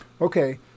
Okay